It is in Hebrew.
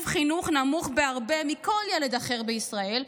חינוך נמוך בהרבה מכל ילד אחר בישראל,